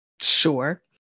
sure